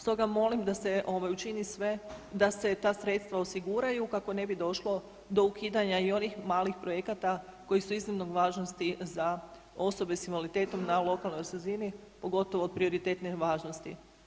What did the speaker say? Stoga molim da se učini sve da se ta sredstva osiguraju kako ne bi došlo do ukidanja i onih malih projekata koji su od iznimne važnosti za osobe s invaliditetom na lokalnoj razini pogotovo od prioritetne važnosti.